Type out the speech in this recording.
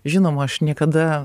žinoma aš niekada